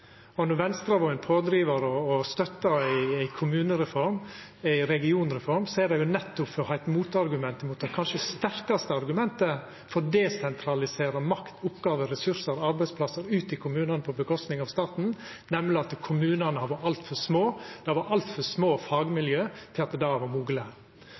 for. Når Venstre har vore ein pådrivar og har støtta ei kommunereform, ei regionreform, er det nettopp for å ha eit argument mot det kanskje sterkaste argumentet mot å desentralisera makt, oppgåver, ressursar og arbeidsplassar ut til kommunane frå staten, nemleg at kommunane har vore altfor små – det har vore altfor små fagmiljø – til at det har vore mogleg.